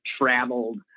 traveled